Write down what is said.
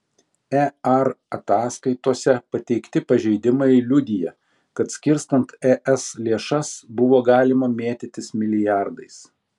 ear ataskaitose pateikti pažeidimai liudija kad skirstant es lėšas buvo galima mėtytis milijardais